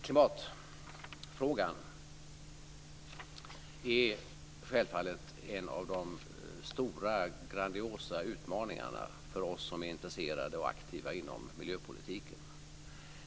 Klimatfrågan är självfallet en av de stora grandiosa utmaningarna för oss som är intresserade och är aktiva inom miljöpolitiken.